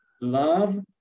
love